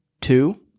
Two